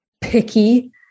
picky